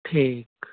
ठीक